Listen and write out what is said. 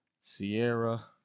Sierra